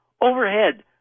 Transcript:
overhead